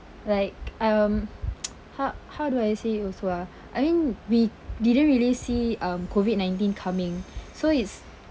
like um how how do I say it also ah I mean we didn't really see um COVID nineteen coming so it's